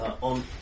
On